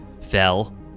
fell